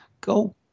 go